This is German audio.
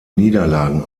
niederlagen